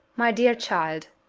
my dear child,